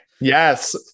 Yes